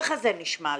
כך זה נשמע לי.